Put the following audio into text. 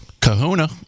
Kahuna